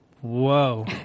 Whoa